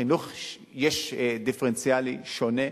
בחינוך יש, דיפרנציאלי, שונה.